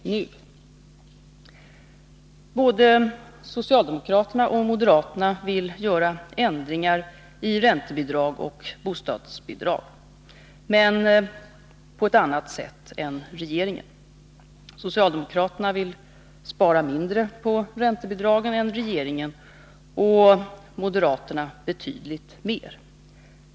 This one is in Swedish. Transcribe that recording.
Både socialdemokraterna och moderaterna vill göra ändringar i räntebidrag och bostadsbidrag, men på annat sätt än regeringen. Socialdemokra terna vill spara mindre på räntebidragen än regeringen, och moderaterna betydligt mer.